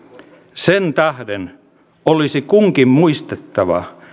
sen tähden olisi kunkin muistettava